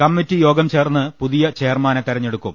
committee യോഗം ചേർന്ന് പുതിയ ചെയർമാനെ തെരഞ്ഞെടുക്കും